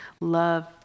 Love